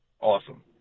Awesome